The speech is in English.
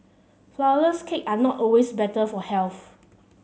flour less cakes are not always better for health